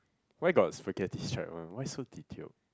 where got spaghetti strips one why so detailed